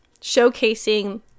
showcasing